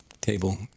table